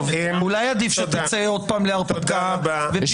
אולי עדיף שתצא עוד פעם להרפתקה ופינדרוס יחזור?